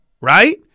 right